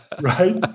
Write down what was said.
Right